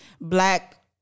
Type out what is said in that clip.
black